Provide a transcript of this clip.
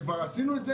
שכבר עשינו,